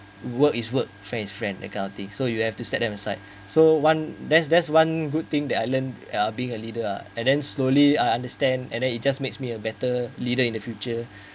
work is work friend is friend that kind of thing so you have to set them aside so one there's there's one good thing that I learn uh being a leader and then slowly I understand and then it just makes me a better leader in the future